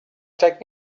take